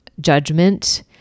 judgment